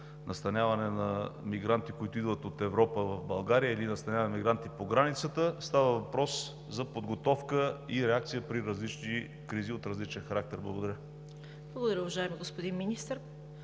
настаняване на мигранти, които идват от Европа в България, или настаняване мигранти по границата. Става въпрос за подготовка и реакция при различни кризи от различен характер. Благодаря. ПРЕДСЕДАТЕЛ ЦВЕТА КАРАЯНЧЕВА: Благодаря, уважаеми господин Министър.